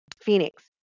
Phoenix